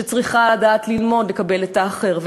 שצריכה לדעת ללמוד לקבל את האחר,